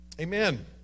Amen